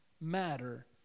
matter